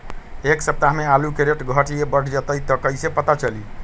एक सप्ताह मे आलू के रेट घट ये बढ़ जतई त कईसे पता चली?